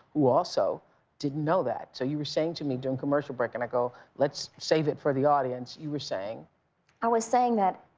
who also didn't know that. so you were saying to me during commercial break, and i go, let's save it for the audience. you were saying? tascha i was saying that,